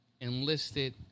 Enlisted